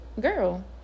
girl